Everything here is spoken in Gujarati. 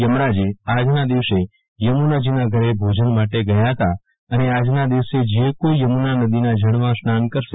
યમરાજે આજના દિવસે થમુનાજીના ઘરે ભોજન માટે ગયા હતા અને આજના દિવસે થમુના નદીના જળમાં સ્નાન કરશે